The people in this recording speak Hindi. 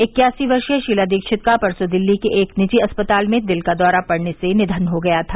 इक्यासी वर्षीय शीला दीक्षित का परसों दिल्ली के एक निजी अस्पताल में दिल का दौरा पड़ने से निधन हो गया था